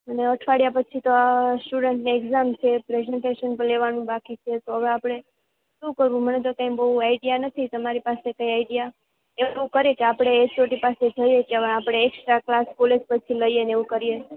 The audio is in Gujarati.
અને અઠવાડિયા પછી તો સ્ટુડન્ટને એક્જામ છે પ્રેઝન્ટેશન લેવાનું બાકી છે તો હવે આપણે શું કરવું મને તો કાંઈ બહુ આઇડિયા નથી તમારી પાસે કાંઈ આઇડિયા એવું કરીએ કે આપણે એચઓડી પાસે જઈએ કે હવે આપણે એકસ્ટ્રા ક્લાસ કોલેજ પછી લઈએ અને એવું કરીએ